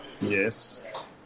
Yes